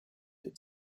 had